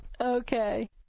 Okay